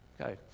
Okay